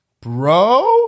Bro